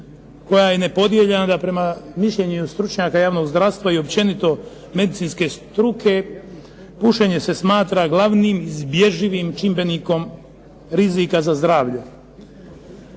koja nepodijeljena da prema mišljenju stručnjaka javnog zdravstva i općenito medicinske struke pušenje se smatra glavnim izbježivim čimbenikom rizika za zdravlje.